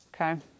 Okay